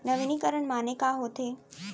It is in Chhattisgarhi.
नवीनीकरण माने का होथे?